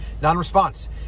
Non-response